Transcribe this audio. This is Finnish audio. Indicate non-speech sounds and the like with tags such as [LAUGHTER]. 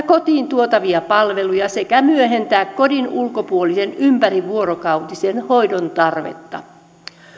[UNINTELLIGIBLE] kotiin tuotavia palveluja sekä myöhentää kodin ulkopuolisen ympärivuorokautisen hoidon tarvetta